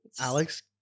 Alex